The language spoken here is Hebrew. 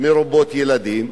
מרובות ילדים.